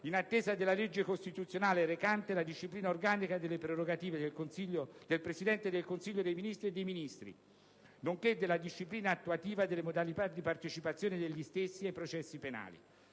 in attesa della legge costituzionale recante la disciplina organica delle prerogative del Presidente del Consiglio dei ministri e dei Ministri, nonché della disciplina attuativa delle modalità di partecipazione degli stessi ai processi penali,